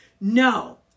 No